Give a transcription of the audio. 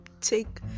take